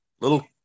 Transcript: little